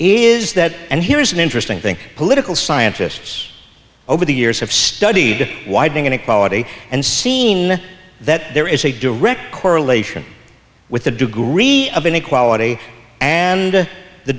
is that and here's an interesting thing political scientists over the years have studied widening inequality and seen that there is a direct correlation with the degree of inequality and the